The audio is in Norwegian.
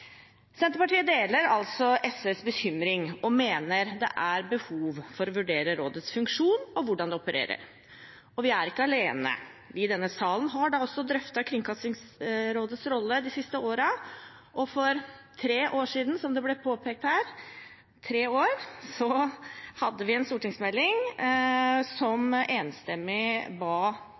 Senterpartiet deler altså SVs bekymring og mener det er behov for å vurdere rådets funksjon og hvordan det opererer. Og vi er ikke alene. Vi i denne salen har også drøftet Kringkastingsrådets rolle de siste årene, og for tre år siden, som det ble påpekt her, hadde vi en behandling der vi i et anmodningsvedtak ba